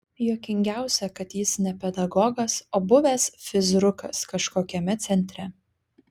juokingiausia kad jis ne pedagogas o buvęs fizrukas kažkokiame centre